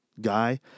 guy